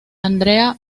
andrea